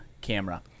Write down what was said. camera